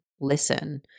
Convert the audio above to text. listen